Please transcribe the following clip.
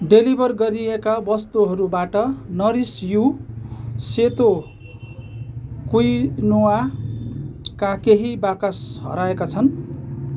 deliver गरिएका वस्तुहरूबाट नरिस यू सेतो क्विनोआका केही बाकस हराएका छन्